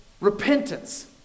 repentance